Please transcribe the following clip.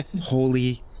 holy